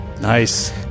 Nice